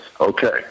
Okay